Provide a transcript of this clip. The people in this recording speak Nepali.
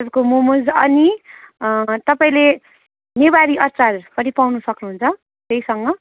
तपाईँको मोमोस् अनि तपाईँले नेवारी अचार पनि पाउनु सक्नुहुन्छ त्यहीसँग